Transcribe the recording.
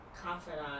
confidant